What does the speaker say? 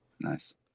Nice